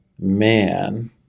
man